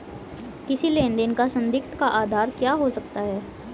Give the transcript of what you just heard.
किसी लेन देन का संदिग्ध का आधार क्या हो सकता है?